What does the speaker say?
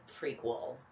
prequel